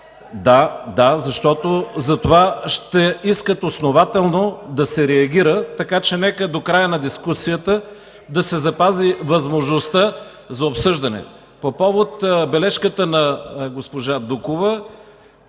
Да, защото за това ще искат основателно да се реагира, така че нека до края на дискусията да се запази възможността за обсъждане. По повод бележката на госпожа Дукова.